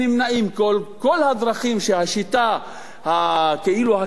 כל הדרכים בשיטה הכאילו קפיטליסטית,